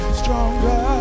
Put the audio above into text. stronger